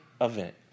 event